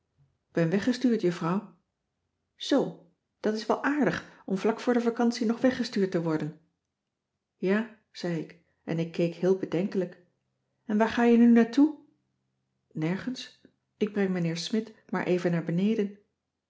k ben weggestuurd juffrouw zoo dat is wel aardig om vlak voor de vacantie nog weggestuurd te worden ja zei ik en ik keek heel bedenkelijk en waar ga je nu naar toe nergens ik breng mijnheer smidt maar even naar beneden